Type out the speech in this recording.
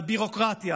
מהביורוקרטיה,